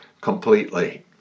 completely